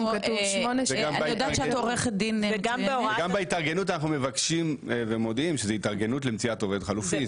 וגם בהתארגנות אנחנו מבקשים ומודיעים שזה התארגנות למציאת עובד חליפי,